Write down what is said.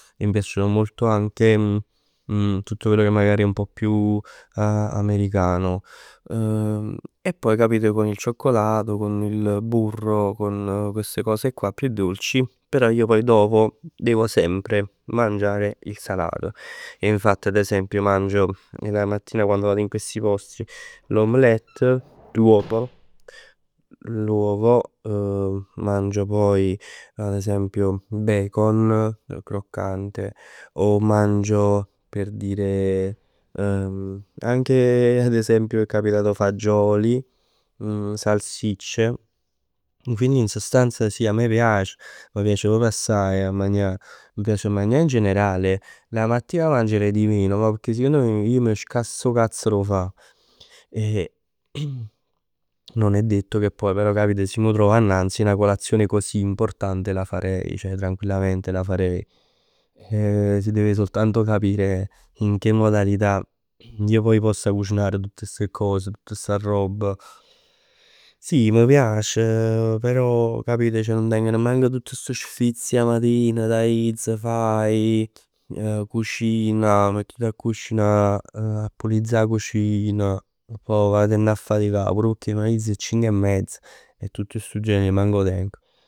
Mi piacciono molto anche tutto quello che magari è un pò più, più americano. E poi capito con il cioccolato, con il burro, con queste cose qua più dolci. Però io dopo devo sempre mangiare il salato. E infatti ad esempio mangio la mattina quando vado in questi posti l'omelette, l'uovo, l'uovo, mangio poi ad esempio, bacon croccante, o mangio per dire anche ad esempio è capitato fagioli, salsicce. Quindi in sostanza sì, a me piace, m' piace proprio assaje a magnà. Mi piace proprio in generale. La mattina mangerei di meno, ma pecchè sicond me ij m' scass 'o cazz d' 'o fa. E non è detto che poi capit, si m' trov annanz, ij 'na colazione così importante la farei, ceh tranquillamente la farei. Si deve soltanto capire in che modalità io poi possa cucinare tutt sti cos, tutt sta roba. Si m' piac, però capì nun teng manc tutt stu sfizio 'a matin. T'aiz, faje, cucina. Miett a cucinà. Appulizz 'a cucina. Poj vavatenn a faticà. Pur pecchè ij m'aiz 'e cinc 'e mezz. E tutt stu genio manc 'o teng.